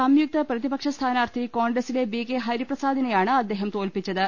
സംയുക്ത പ്രതിപക്ഷ സ്ഥാനാർത്ഥി കോൺഗ്ര സിലെ ബി കെ ഹരിപ്രസാദിനെയാണ് അദ്ദേഹം തോൽപ്പിച്ചത്